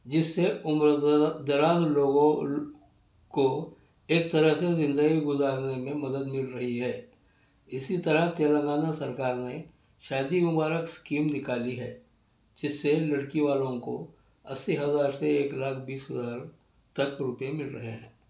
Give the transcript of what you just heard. جس سے عمر درا دراز لوگوں کو ایک طرح سے زندگی گزارنے میں مدد مل رہی ہے اسی طرح تلنگانہ سرکار نے شادی مبارک اسکیم نکالی ہے جس سے لڑکی والوں کو اسّی ہزار سے ایک لاکھ بیس ہزار تک روپئے مل رہے ہیں